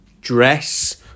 dress